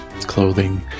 clothing